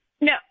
No